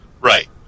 Right